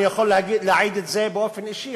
אני יכול להעיד את זה באופן אישי,